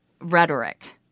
rhetoric